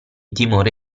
timore